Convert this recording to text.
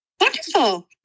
Wonderful